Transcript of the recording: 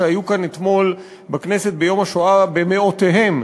שהיו כאן אתמול בכנסת ביום השואה במאותיהם,